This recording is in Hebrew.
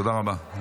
תודה רבה.